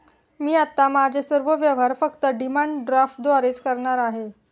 मी आता माझे सर्व व्यवहार फक्त डिमांड ड्राफ्टद्वारेच करणार आहे